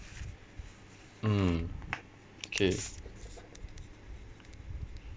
mm okay